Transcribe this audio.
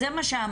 זה מה שאמרתי,